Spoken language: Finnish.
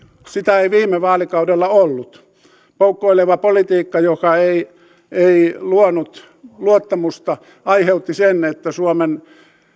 sitä ei viime vaalikaudella ollut poukkoileva politiikka joka ei ei luonut luottamusta aiheutti sen että suomen